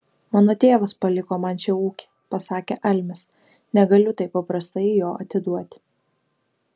mano tėvas paliko man šį ūkį pasakė almis negaliu taip paprastai jo atiduoti